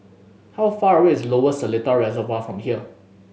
how far away is Lower Seletar Reservoir from here